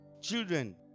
Children